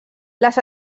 les